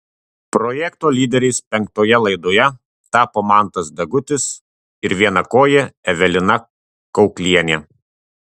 projekto lyderiais penktoje laidoje tapo mantas degutis ir vienakojė evelina kauklienė